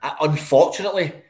Unfortunately